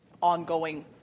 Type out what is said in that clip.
ongoing